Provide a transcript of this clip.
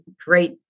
great